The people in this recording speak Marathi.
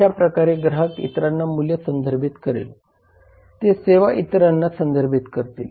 अशा प्रकारे ग्राहक इतरांना मूल्य संदर्भित करेल ते सेवा इतरांना संदर्भित करतील